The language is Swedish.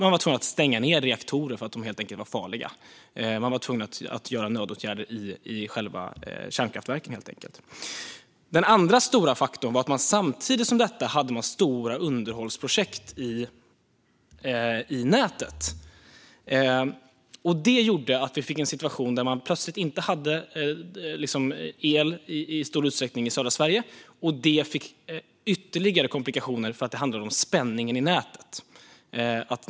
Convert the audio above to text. Man var tvungen att stänga reaktorer eftersom de helt enkelt var farliga. Man var tvungen att genomföra nödåtgärder i själva kärnkraftverken. Den andra stora faktorn var att man samtidigt med detta hade stora underhållsprojekt i nätet. Det gjorde att vi fick en situation där man i stor utsträckning plötsligt inte hade el i södra Sverige. Det fick ytterligare komplikationer, och det handlade om spänningen i nätet.